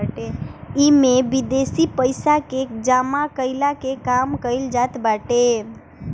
इमे विदेशी पइसा के जमा कईला के काम कईल जात बाटे